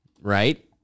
right